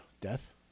death